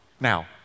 now